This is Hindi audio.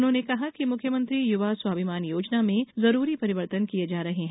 उन्होंने कहा कि मुख्यमंत्री यूवा स्वाभिमान योजना में जरूरी परिवर्तन किये जा रहे हैं